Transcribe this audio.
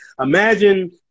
imagine